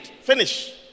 finish